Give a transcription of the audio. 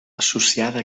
associada